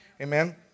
Amen